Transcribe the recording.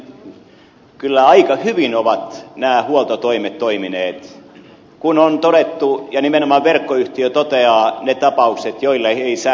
ensinnäkin kyllä aika hyvin ovat nämä huoltotoimet toimineet kun on todettu ja nimenomaan verkkoyhtiö toteaa ne tapaukset joille ei sähkö mene